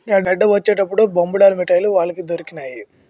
గెడ్డ వచ్చినప్పుడు బొమ్మేడాలు మిట్టలు వలకి దొరికినాయి